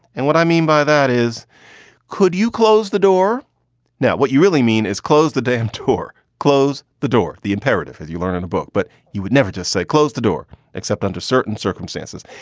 and what i mean by that is could you close the door now? what you really mean is closed the damn tour. close the door. the imperative is you learn in a book, but you would never just say close the door except under certain circumstances.